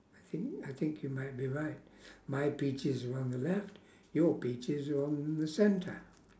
I think I think you might be right my peaches are on the left your peaches are on the centre